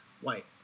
white